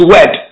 Word